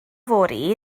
fory